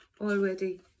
Already